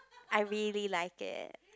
I really like it